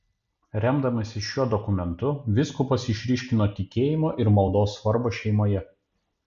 remdamasis šiuo dokumentu vyskupas išryškino tikėjimo ir maldos svarbą šeimoje